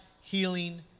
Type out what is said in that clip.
healing